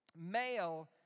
Male